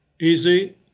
easy